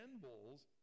bulls